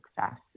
success